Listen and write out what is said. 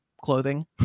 clothing